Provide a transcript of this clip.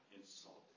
Insulted